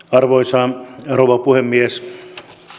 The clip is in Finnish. arvoisa rouva puhemies